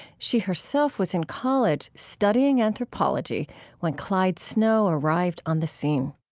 she herself was in college studying anthropology when clyde snow arrived on the scene